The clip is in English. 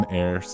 air